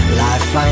life